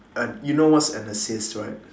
and you know what's an assist right